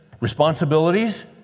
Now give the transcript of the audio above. responsibilities